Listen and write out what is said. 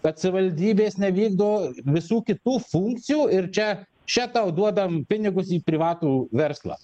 kad savivaldybės nevykdo visų kitų funkcijų ir čia še tau duodam pinigus į privatų verslą